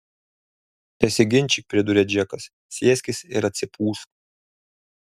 nesiginčyk priduria džekas sėskis ir atsipūsk